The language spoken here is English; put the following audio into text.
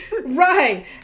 right